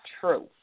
true